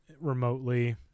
remotely